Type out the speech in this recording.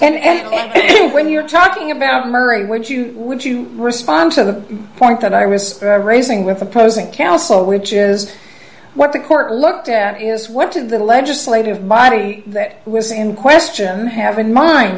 looks and ok when you're talking about murray would you would you respond to the point that i was raising with opposing counsel which is what the court looked at is what did the legislative body that was in question have in mind